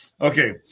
Okay